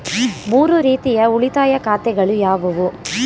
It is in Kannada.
ಮೂರು ರೀತಿಯ ಉಳಿತಾಯ ಖಾತೆಗಳು ಯಾವುವು?